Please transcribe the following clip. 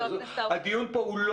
השאלה היא,